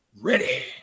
Ready